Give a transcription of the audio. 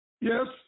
Yes